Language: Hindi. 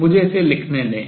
मुझे इसे लिखने दें